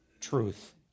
truth